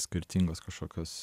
skirtingos kažkokios